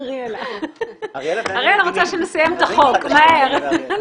אריאלה רוצה שנסיים את החוק מהר.